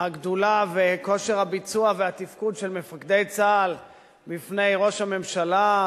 הגדולה וכושר הביצוע והתפקוד של מפקדי צה"ל בפי ראש הממשלה,